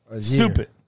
Stupid